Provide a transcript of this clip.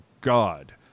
God